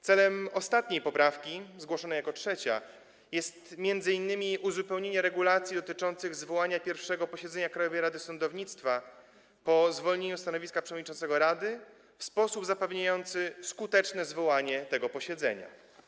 Celem ostatniej poprawki, zgłoszonej jako trzeciej, jest m.in. uzupełnienie regulacji dotyczących zwołania pierwszego posiedzenia Krajowej Rady Sądownictwa po zwolnieniu stanowiska przewodniczącego rady w sposób zapewniający skuteczne zwołanie tego posiedzenia.